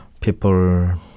people